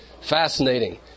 Fascinating